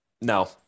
no